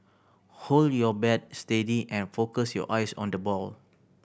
hold your bat steady and focus your eyes on the ball